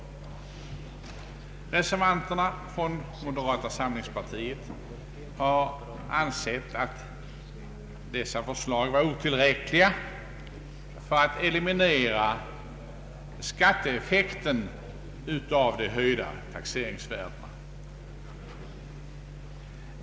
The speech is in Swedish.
Reservanterna från moderata samlingspartiet har ansett att de föreslagna justeringarna av gränserna för intäktsberäkningen och höjningen av det extra avdraget är otillräckliga för att eliminera skatteeffekten av de höjda taxeringsvärdena.